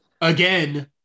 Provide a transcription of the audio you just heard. Again